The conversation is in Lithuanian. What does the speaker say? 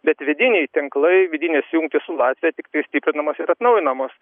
bet vidiniai tinklai vidinės jungtys su latvija tiktai stiprinamos ir atnaujinamos